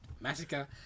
massacre